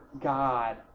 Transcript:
God